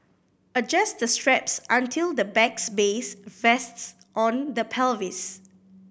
adjust the straps until the bag's base rests on the pelvis